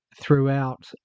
throughout